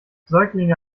säuglinge